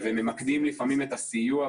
כישורים ומיומנויות של התלמידים והדבר כמובן בתקווה